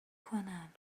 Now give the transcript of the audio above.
کنم